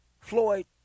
floyd